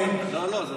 לא,